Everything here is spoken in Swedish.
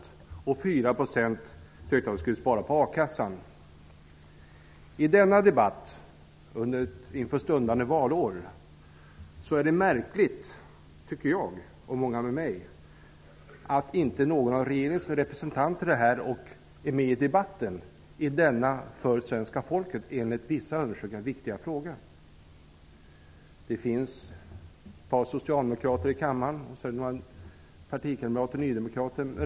4 % tyckte att vi skulle spara på a-kassan. Vi står inför ett stundande valår. Därför tycker jag och många med mig att det är märkligt att inte någon av regeringens representanter deltar i debatten i denna för svenska folket, enligt vissa undersökningar, viktiga fråga. Det finns ett par socialdemokrater och några nydemokrater i kammaren.